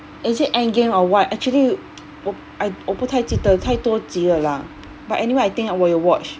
is it endgame or what actually 我 I 我不太记得太多集了 lah but anyway I think I 我有 watch